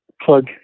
plug